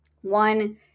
one